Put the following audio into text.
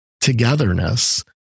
togetherness